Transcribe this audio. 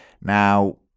Now